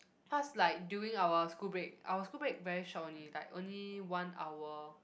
cause like during our school break our school break very short only like only one hour